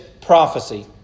prophecy